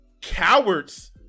cowards